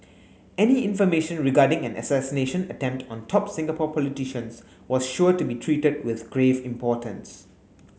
any information regarding an assassination attempt on top Singapore politicians was sure to be treated with grave importance